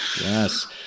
Yes